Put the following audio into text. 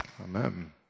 Amen